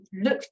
look